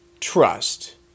trust